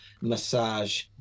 massage